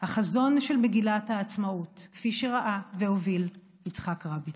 החזון של מגילת העצמאות כפי שראה והוביל יצחק רבין.